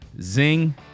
zing